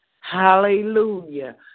Hallelujah